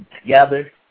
together